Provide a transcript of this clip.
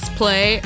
play